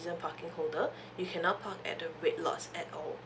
season parking holder you cannot park at the red lots at all